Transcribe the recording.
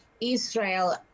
Israel